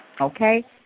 Okay